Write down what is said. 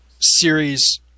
series